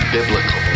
Biblical